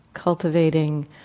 cultivating